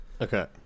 okay